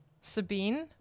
sabine